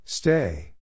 Stay